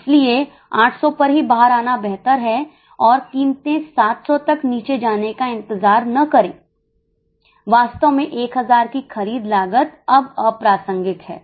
इसलिए 800 पर ही बाहर आना बेहतर है और कीमतें 700 तक नीचे जाने तक इंतजार न करें वास्तव में 1000 की खरीद लागत अब अप्रासंगिक है